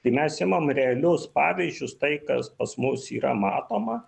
tai mes imam realius pavyzdžius tai kas pas mus yra matoma